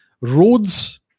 roads